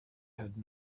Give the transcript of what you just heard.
had